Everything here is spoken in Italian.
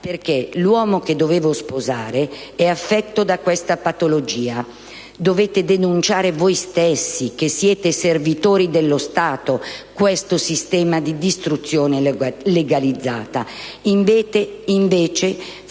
perché l'uomo che dovevo sposare è affetto da questa patologia. (...) Dovete denunciare voi stessi, che siete servitori dello Stato, questo sistema di distruzione legalizzata, invece